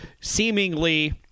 seemingly